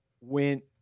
went